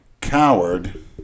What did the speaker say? coward